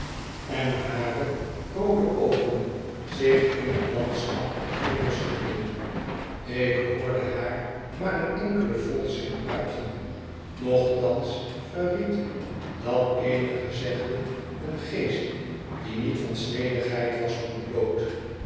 en hare roode oogen zich in t landschap verlustigden ik hoorde haar maar een enkelen volzin uiten nochtans verried dat eene gezegde een geest die niet van snedigheid was ontbloot